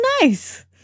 nice